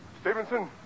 Stevenson